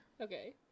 Okay